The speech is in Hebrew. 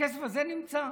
הכסף הזה נמצא,